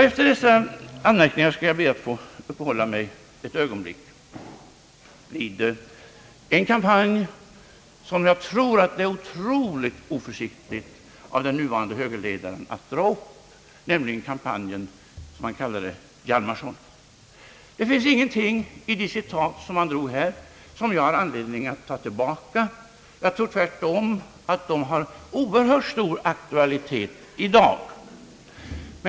Efter dessa anmärkningar skall jag be att ett ögonblick få uppehålla mig vid den kampanj som det enligt min mening var otroligt oförsiktigt av den nuvarande högerledaren att dra upp, nämligen kampanjen — som han kallade det — Hjalmarson. Det finns ingenting i de citat herr Holmberg drog upp som jag har anledning att ta tillbaka. Jag tror tvärtom att de har stor aktualitet i dag.